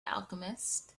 alchemist